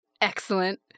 Excellent